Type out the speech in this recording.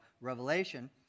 Revelation